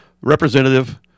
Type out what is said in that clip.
representative